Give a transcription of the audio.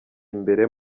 imbere